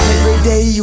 Everyday